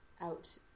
out